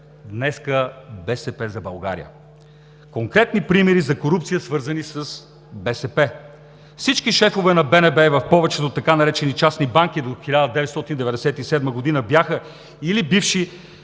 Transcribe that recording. днес „БСП за България“. Конкретни примери за корупция, свързани с БСП. Всички шефове на БНБ в повечето така наречени „частни банки“ до 1997 г. бяха или бивши